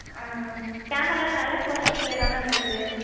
ஆஆ கேமராலாம் நல்லா குவாலிட்டியாக தான் மேம் இருக்குது